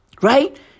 Right